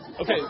Okay